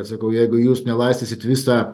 sakau jeigu jūs nelaistysit visą